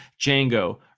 django